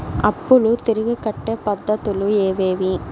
అప్పులు తిరిగి కట్టే పద్ధతులు ఏవేవి